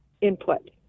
input